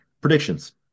predictions